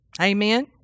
Amen